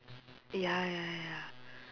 ya ya ya